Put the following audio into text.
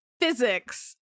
physics